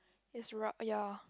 is ra~ ah ya